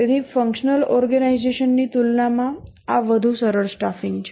તેથી functional organization ની તુલનામાં આ વધુ સરળ સ્ટાફિંગ છે